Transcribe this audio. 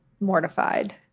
mortified